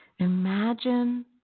Imagine